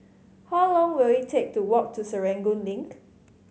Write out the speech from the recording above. how long will it take to walk to Serangoon Link